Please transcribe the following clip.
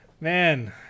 man